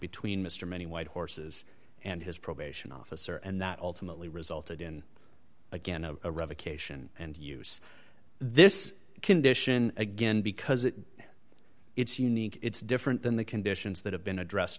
between mr many white horses and his probation officer and that ultimately resulted in again a revocation and use this condition again because it's unique it's different than the conditions that have been addressed